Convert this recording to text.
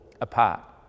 apart